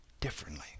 differently